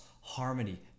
harmony